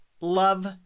love